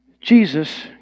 Jesus